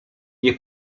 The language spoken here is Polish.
nie